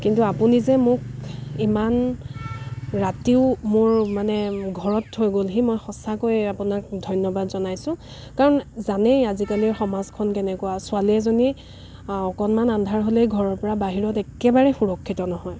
কিন্তু আপুনি যে মোক ইমান ৰাতিও মোৰ মানে ঘৰত থৈ গ'লহি মই সঁচাকৈয়ে আপোনাক ধন্যবাদ জনাইছোঁ কাৰণ জানেই আজিকালিৰ সমাজখন কেনেকুৱা ছোৱালী এজনী অকণমান আন্ধাৰ হ'লেই ঘৰৰপৰা বাহিৰত একেবাৰে সুৰক্ষিত নহয়